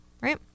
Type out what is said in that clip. Right